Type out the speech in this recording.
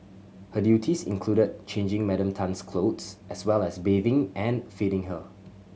her duties included changing Madam Tan's clothes as well as bathing and feeding her